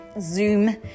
Zoom